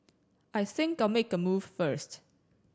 I think I'll make a move first